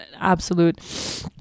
absolute